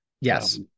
Yes